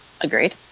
Agreed